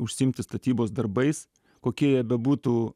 užsiimti statybos darbais kokie jie bebūtų